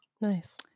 Nice